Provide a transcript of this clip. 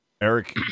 Eric